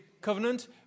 Covenant